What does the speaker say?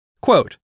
Quote